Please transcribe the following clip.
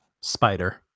spider